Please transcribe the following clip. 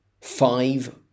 five